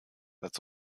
als